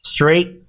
Straight